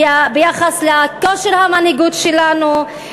ביחס לכושר המנהיגות שלנו,